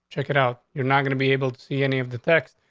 check it out. you're not gonna be able to see any of the text,